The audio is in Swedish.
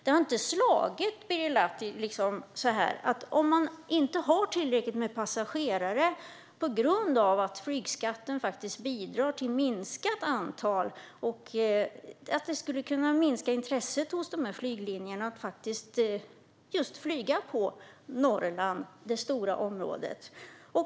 Det har inte slagit Birger Lahti att om flygbolagen inte har tillräckligt med passagerare på grund av att flygskatten bidrar till att antalet minskar skulle detta kunna minska intresset hos dem att flyga på Norrland, detta stora område?